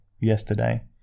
yesterday